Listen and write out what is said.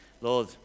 Lord